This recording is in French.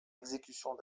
exécutions